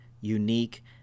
unique